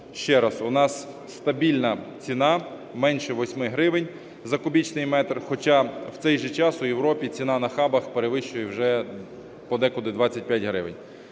Ще раз, у нас стабільна ціна, менша 8 гривень за кубічний метр. Хоча в цей же час у Європі ціна на хабах перевищує вже подекуди 25 гривень